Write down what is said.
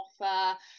offer